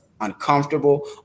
uncomfortable